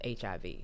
HIV